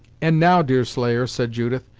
and now, deerslayer, said judith,